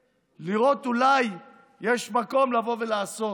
לראות, אולי יש מקום לבוא ולעשות,